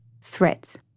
threats